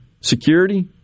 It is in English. security